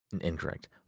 Incorrect